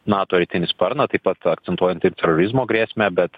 nato rytinį sparną taip pat akcentuojant ir terorizmo grėsmę bet